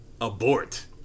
abort